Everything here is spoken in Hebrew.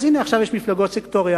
הנה עכשיו יש מפלגות סקטוריאליות,